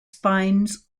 spines